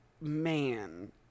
man